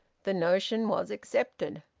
the notion was accepted.